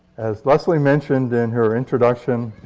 as leslie mentioned in her introduction,